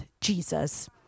Jesus